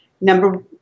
Number